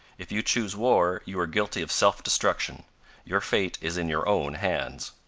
if you choose war, you are guilty of self-destruction your fate is in your own hands